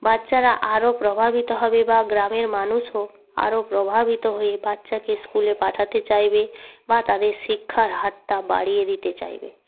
বাচ্চারা আরও প্রভাবিত হবে বা গ্রামের মানুষও আরও প্রভাবিত হয়ে বাচ্চাকে স্কুলে পাঠাতে চাইবে বা তাদের শিক্ষার হারটা বাড়িয়ে দিতে চাইবে